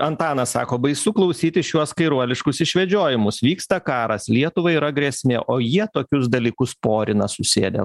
antanas sako baisu klausyti šiuos kairuoliškus išvedžiojimus vyksta karas lietuvai yra grėsmė o jie tokius dalykus porina susėdę